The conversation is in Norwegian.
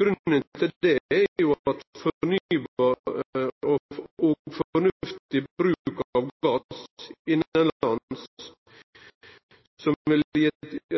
Grunnen til det er jo at fornybar og fornuftig bruk av gass innanlands, som ville gitt